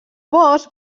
bosc